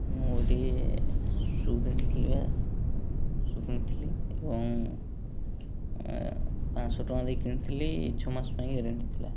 ମୁଁ ଗୋଟିଏ ସୁ କିଣିଥିଲି ବା ସୁ କିଣିଥିଲି ଏବଂ ପାଞ୍ଚଶହ ଟଙ୍କା ଦେଇ କିଣିଥିଲି ଛଅ ମାସ ପାଇଁ ଗ୍ୟାରେଣ୍ଟି ଥିଲା